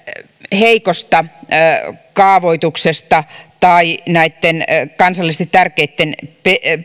heikosta kaavoituksesta tai näitten kansallisesti tärkeitten